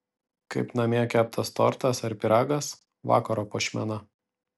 kaip namie keptas tortas ar pyragas vakaro puošmena